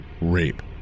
rape